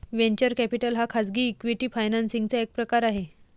venture capital हा खाजगी equity financing चा एक प्रकार आहे